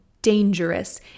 dangerous